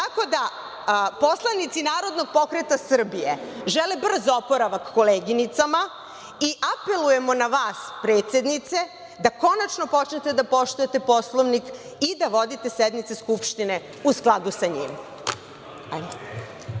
ovde. Poslanici Narodnog pokreta Srbije žele brz oporavak koleginicama i apelujemo na vas, predsednice, da konačno počnete da poštujete Poslovnik i da vodite sednice Skupštine u skladu sa njim.